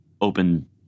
open